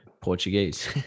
Portuguese